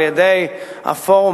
על-ידי הפורום,